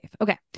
Okay